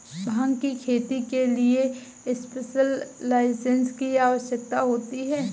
भांग की खेती के लिए स्पेशल लाइसेंस की आवश्यकता होती है